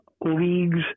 leagues